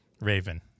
Raven